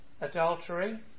adultery